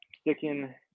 sticking